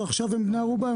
ועכשיו הם בני ערובה.